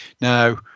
Now